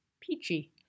peachy